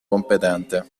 competente